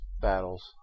battles